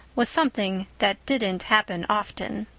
was something that didn't happen often.